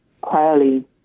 quietly